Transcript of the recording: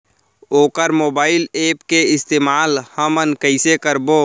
वोकर mobile app के इस्तेमाल हमन कइसे करबो?